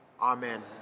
Amen